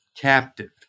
captive